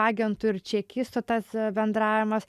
agentų ir čekistų tas bendravimas